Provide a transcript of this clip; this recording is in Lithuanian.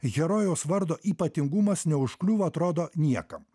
herojaus vardo ypatingumas neužkliūva atrodo niekam